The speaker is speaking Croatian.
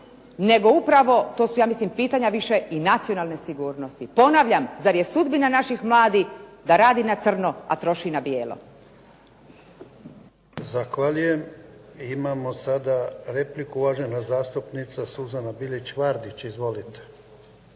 nego upravo to su ja mislim pitanja više i nacionalne sigurnosti. Ponavljam, zar je sudbina naših mladih da radi na crno, a troši na bijelo? **Jarnjak, Ivan (HDZ)** Zahvaljujem. Imamo sada repliku uvažena zastupnica Suzana Bilić Vardić. Izvolite.